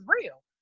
real